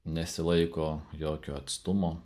nesilaiko jokio atstumo